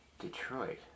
Detroit